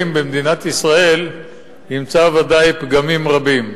במדינת ישראל ימצא בוודאי פגמים רבים.